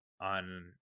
on